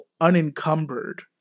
unencumbered